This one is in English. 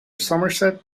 somerset